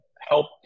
help